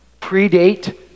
predate